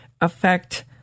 affect